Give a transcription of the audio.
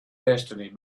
destiny